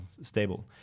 stable